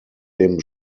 dem